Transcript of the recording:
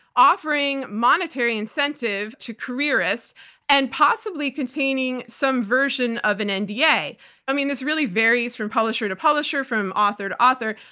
offering monetary incentive to careerists and possibly containing some version of an nda. and yeah i mean, this really varies from publisher to publisher, from authored author,